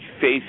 face